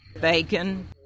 bacon